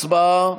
הצבעה.